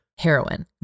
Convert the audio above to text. heroin